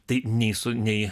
tai nei su nei